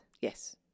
Yes